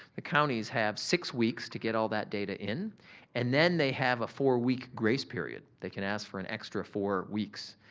the counties have six weeks to get all that data in and then they have a four week grace period. they can ask for an extra four weeks.